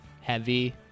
heavy